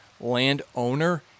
landowner